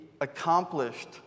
accomplished